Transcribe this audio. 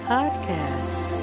Podcast